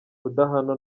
kudahana